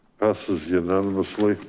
passes unanimously.